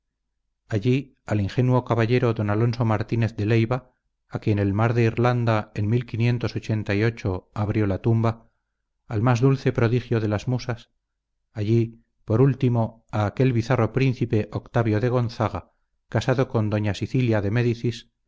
allí al ingenuo caballero d alonso martínez de leiva a quien el mar de irlanda en abrió la tumba al más dulce prodigio de las musas allí por último a aquel bizarro príncipe octavio de gonzaga casado con d